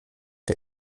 der